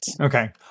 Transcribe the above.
Okay